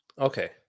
okay